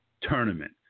tournament